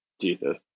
Jesus